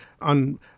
on